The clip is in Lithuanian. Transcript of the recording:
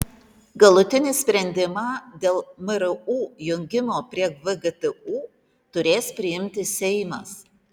galutinį sprendimą dėl mru jungimo prie vgtu turės priimti seimas